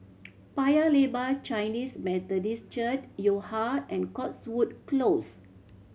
Paya Lebar Chinese Methodist Church Yo Ha and Cotswold Close